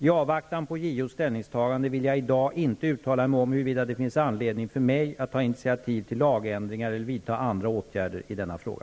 I avvaktan på JO:s ställningstagande vill jag i dag inte uttala mig om huruvida det finns anledning för mig att ta initiativ till lagändringar eller vidta andra åtgärder i denna fråga.